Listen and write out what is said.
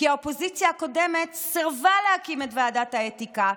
כי האופוזיציה הקודמת סירבה להקים את ועדת האתיקה,